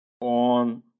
on